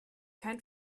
kein